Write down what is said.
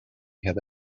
had